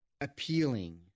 appealing